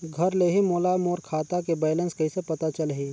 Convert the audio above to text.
घर ले ही मोला मोर खाता के बैलेंस कइसे पता चलही?